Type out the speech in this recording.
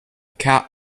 cat